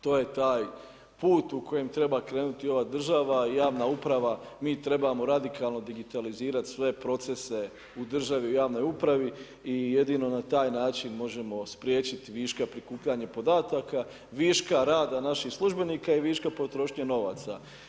To je taj put u kojem treba krenuti ova država i javna uprava, mi trebamo radikalno digitalizirati sve procese u državi i javnoj upravo i jedino na taj način možemo spriječiti viška prikupljanje podataka, viška rada naših službenika i viška potrošnje novaca.